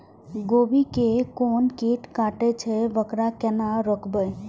गोभी के कोन कीट कटे छे वकरा केना रोकबे?